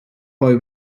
poi